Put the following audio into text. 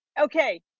Okay